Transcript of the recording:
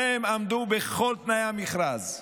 שניהם עמדו בכל תנאי המכרז,